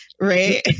right